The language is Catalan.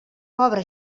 pobre